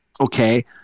okay